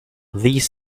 these